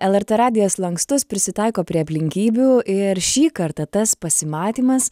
lrt radijas lankstus prisitaiko prie aplinkybių ir šį kartą tas pasimatymas